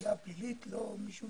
התביעה הפלילית, לא מישהו